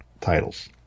titles